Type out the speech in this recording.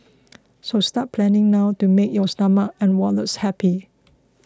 so start planning now to make your stomach and wallets happy